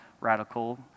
radical